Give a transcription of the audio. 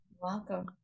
welcome